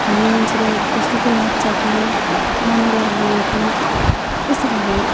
खाने मान्छेलाई कस्तो पो लाग्छ कि राम्रो लाग्देन कि यस्तो खाले